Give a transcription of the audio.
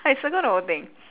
I circle the whole thing